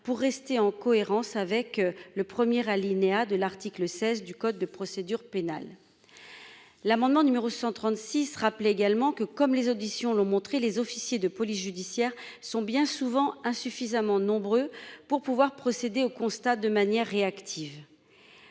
pour rester en cohérence avec le premier alinéa de l'article 16 du code de procédure pénale. L'amendement numéro 136 rappeler également que comme les auditions, l'ont montré les officiers de police judiciaire sont bien souvent insuffisamment nombreux pour pouvoir procéder au constat de manière réactive.